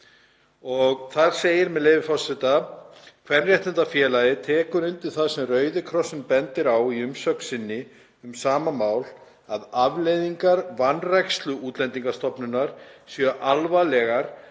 og þar segir, með leyfi forseta: „Kvenréttindafélagið tekur undir það sem Rauði krossinn bendir á í umsögn sinni um sama mál, að afleiðingar vanrækslu Útlendingastofnunar séu alvarlegar